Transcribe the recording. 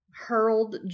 hurled